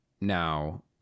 now